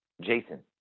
Jason